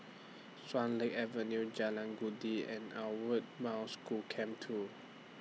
Swan Lake Avenue Jalan and Outward Bound School Camp two